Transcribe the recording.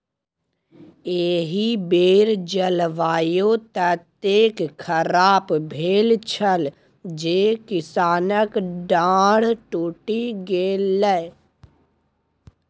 एहि बेर जलवायु ततेक खराप भेल छल जे किसानक डांर टुटि गेलै